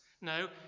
No